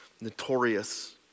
notorious